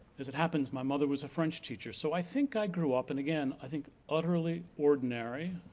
as it happens my mother was a french teacher, so i think i grew up, and again i think utterly ordinary,